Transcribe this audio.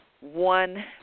One